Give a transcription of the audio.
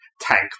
tank